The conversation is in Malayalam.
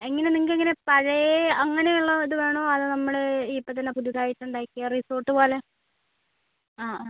എങ്ങനെ നിങ്ങൾക്ക് എങ്ങനെ പഴയ അങ്ങനെ ഉള്ള ഇത് വേണോ അതോ നമ്മൾ ഇപ്പോൾത്തന്നെ പുതുതായിട്ട് ഉണ്ടാക്കിയ റിസോർട്ട് പോലെ ആ ആ